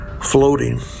Floating